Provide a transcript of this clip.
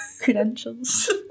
credentials